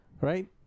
right